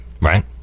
Right